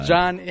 John